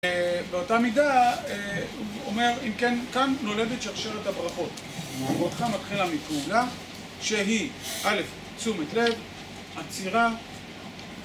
באותה מידה, הוא אומר, אם כן, כאן נולדת שרשרת הברכות. הברכה מתחילה מפעולה שהיא, א', תשומת לב, עצירה.